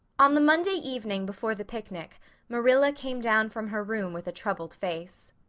on the monday evening before the picnic marilla came down from her room with a troubled face.